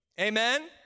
Amen